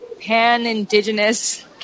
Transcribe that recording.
pan-indigenous